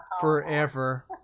forever